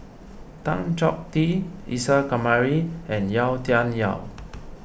Tan Chong Tee Isa Kamari and Yau Tian Yau